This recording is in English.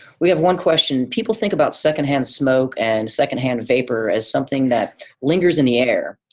we have one question people think about secondhand smoke and secondhand vapor as something that lingers in the air,